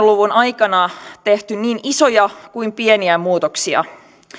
luvun aikana tehty niin isoja kuin pieniäkin muutoksia